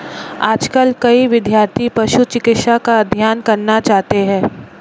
आजकल कई विद्यार्थी पशु चिकित्सा का अध्ययन करना चाहते हैं